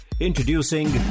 Introducing